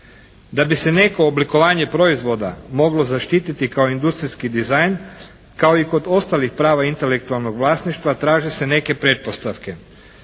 Da bi se neko oblikovanje proizvoda moglo zaštititi kao industrijski dizajn, kao i kod ostalih prava intelektualnog vlasništva traže se neke pretpostavke.